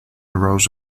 rose